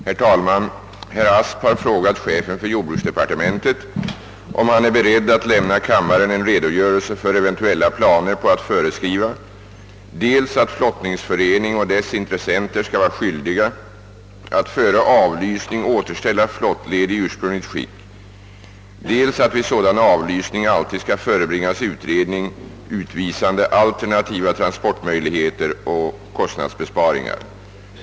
Herr talman! Herr Asp har frågat chefen för jordbruksdepartementet, om han är beredd lämna kammaren en redogörelse för eventuella planer på att föreskriva dels att flottningsförening och dess intressenter skall vara skyldiga att före avlysning återställa flottled i ursprungligt skick, dels att vid sådan avlysning alltid skall förebringas utredning utvisande alternativa transportmöjligheter och kostnadsbesparingar.